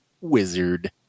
wizard